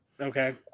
Okay